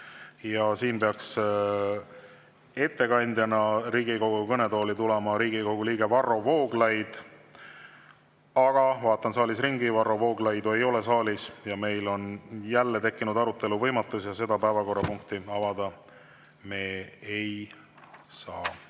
Siin peaks ettekandjana Riigikogu kõnetooli tulema Riigikogu liige Varro Vooglaid. Aga vaatan saalis ringi, Varro Vooglaidu ei ole saalis, meil on jälle tekkinud arutelu võimatus ja selle päevakorrapunkti arutelu me avada